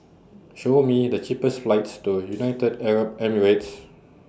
Show Me The cheapest flights to United Arab Emirates